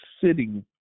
sitting